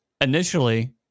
initially